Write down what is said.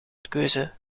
keuze